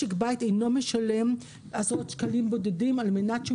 משק בית אינו משלם עשרות שקלים בודדים על מנת שהוא